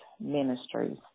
ministries